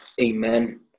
amen